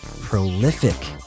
prolific